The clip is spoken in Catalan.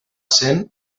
sent